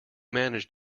managed